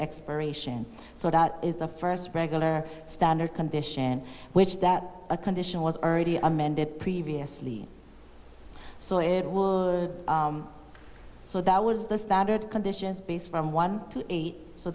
expiration so it is the first regular standard condition which that a condition was already amended previously so it would so that was the standard conditions base from one to eight so